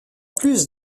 plus